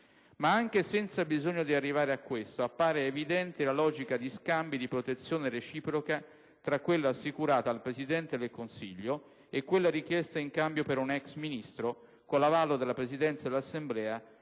Ma anche senza bisogno di arrivare a questo, appare evidente la logica di scambi di protezione reciproca, tra quella assicurata al Presidente del Consiglio e quella richiesta in cambio per un ex Ministro, con l'avallo della Presidenza dell'Assemblea,